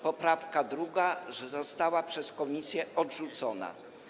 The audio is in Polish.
Poprawka 2. została przez komisję odrzucona.